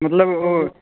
मतलब वह